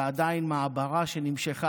ועדיין מעברה, שנמשכה